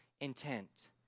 intent